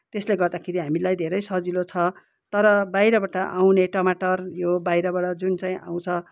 त्यसले गर्दाखेरि हामीलाई धेरै सजिलो छ तर बाहिरबाट आउने टमाटर यो बाहिरबाट जुन चाहिँ आउँछ